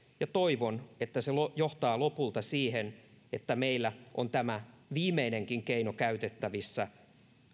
ja toivon että se johtaa lopulta siihen että meillä on tämä viimeinenkin keino käytettävissä